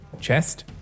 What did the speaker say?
chest